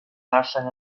ddarllen